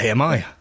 AMI